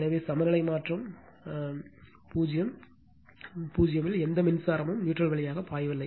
எனவே சமநிலை மாற்றம் 0 இல் எந்த மின்சாரம் மும் நியூட்ரல் வழியாக பாயவில்லை